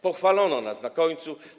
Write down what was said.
Pochwalono nas na końcu.